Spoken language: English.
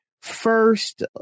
first